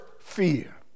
fear